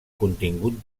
contingut